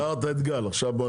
הערת את גל עכשיו.